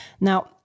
Now